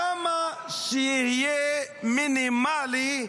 כמה שיהיה מינימלי,